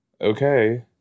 Okay